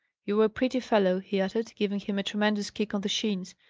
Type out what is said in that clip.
you're a pretty fellow! he uttered, giving him a tremendous kick on the shins.